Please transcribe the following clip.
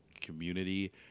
community